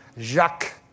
Jacques